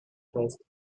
dressed